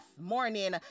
morning